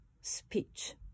speech